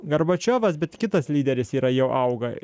gorbačiovas bet kitas lyderis yra jau auga